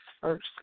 first